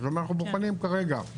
כלומר אנחנו בוחנים כרגע.